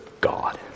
God